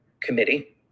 committee